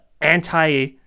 anti-